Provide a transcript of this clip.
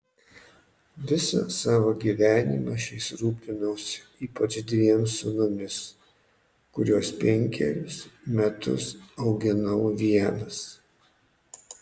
visą savo gyvenimą aš jais rūpinausi ypač dviem sūnumis kuriuos penkerius metus auginau vienas